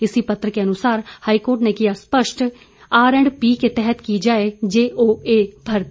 इसी पत्र के अनुसार हाईकोर्ट ने किया स्पष्ट आर एंड पी के तहत ही की जाए जे ओ ए भर्ती